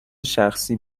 شخصی